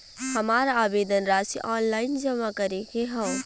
हमार आवेदन राशि ऑनलाइन जमा करे के हौ?